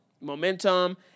momentum